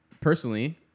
Personally